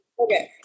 okay